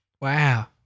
Wow